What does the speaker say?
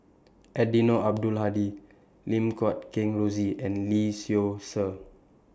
Eddino Abdul Hadi Lim Guat Kheng Rosie and Lee Seow Ser